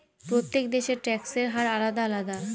প্রত্যেক দেশের ট্যাক্সের হার আলাদা আলাদা